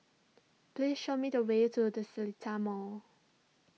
please show me the way to the Seletar Mall